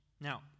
Now